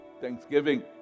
thanksgiving